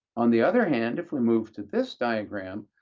on the other hand, if we move to this diagram,